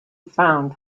found